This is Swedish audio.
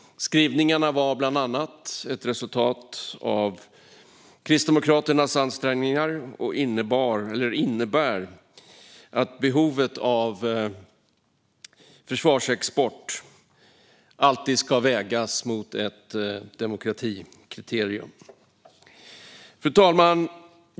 Skrivningarna är bland annat ett resultat av Kristdemokraternas ansträngningar och innebär att behovet av försvarsexport alltid ska vägas mot ett demokratikriterium. Fru talman!